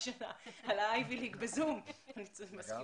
אני חושבת